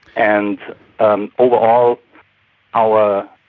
and and overall our